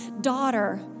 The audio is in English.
daughter